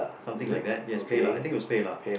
something like that yes PayLah I think it was PayLah